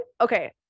okay